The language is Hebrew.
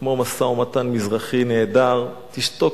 כמו משא-ומתן מזרחי נהדר: תשתוק,